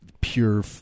pure